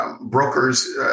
brokers